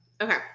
Okay